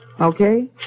Okay